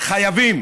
חייבים